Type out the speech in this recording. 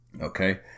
Okay